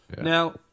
Now